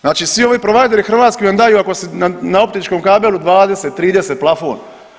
Znači svi ovi provideri hrvatski vam daju ako ste na optičkom kabelu 20, 30 plafon.